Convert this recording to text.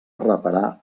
reparar